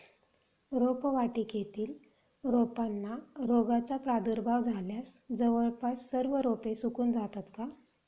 रोपवाटिकेतील रोपांना रोगाचा प्रादुर्भाव झाल्यास जवळपास सर्व रोपे सुकून जातात का?